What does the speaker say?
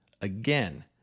Again